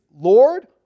Lord